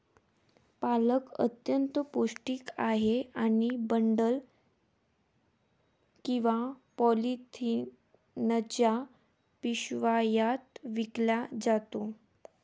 पालक अत्यंत पौष्टिक आहे आणि बंडल किंवा पॉलिथिनच्या पिशव्यात विकला जातो